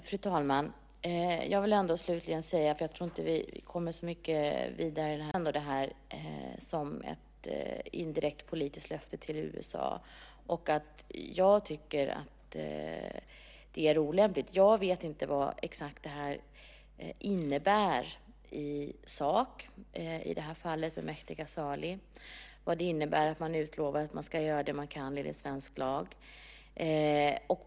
Fru talman! Jag tror inte vi kommer så mycket längre i den är diskussionen, men jag vill slutligen säga att jag ser detta som ett indirekt politiskt löfte till USA, och jag tycker att det är olämpligt. Jag vet inte exakt vad det innebär i sak i fallet Mehdi Ghezali när man utlovar att man ska göra det man kan enligt svensk lag.